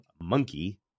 monkey